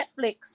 netflix